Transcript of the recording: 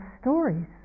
stories